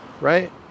right